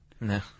No